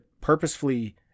purposefully